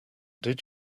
did